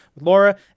Laura